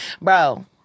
Bro